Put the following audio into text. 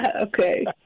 Okay